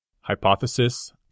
Hypothesis